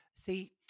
See